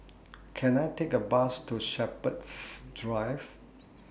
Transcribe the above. Can I Take A Bus to Shepherds Drive